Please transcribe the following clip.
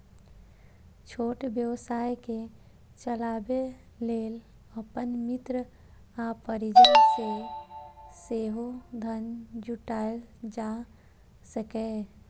छोट व्यवसाय कें चलाबै लेल अपन मित्र आ परिजन सं सेहो धन जुटायल जा सकैए